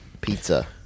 pizza